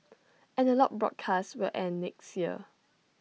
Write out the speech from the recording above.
analogue broadcasts will end next year